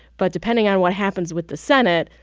but depending on what happens with the senate,